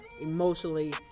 emotionally